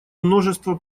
множество